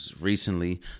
recently